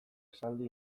esaldi